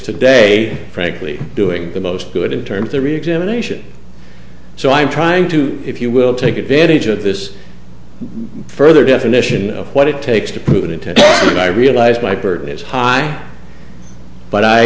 today frankly doing the most good in terms of the reexamination so i'm trying to if you will take advantage of this further definition of what it takes to prove intent when i realized my burden is high but i